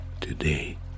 today